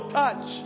touch